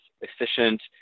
efficient